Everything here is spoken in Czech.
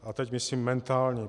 A teď myslím mentální.